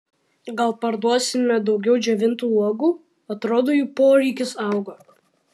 gal parduosime daugiau džiovintų uogų atrodo jų poreikis auga